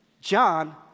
John